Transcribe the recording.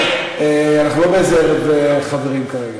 אנחנו לא באיזה ערב חברים כרגע.